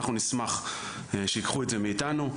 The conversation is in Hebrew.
אנחנו נשמח שייקחו את זה מאינו.